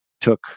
took